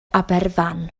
aberfan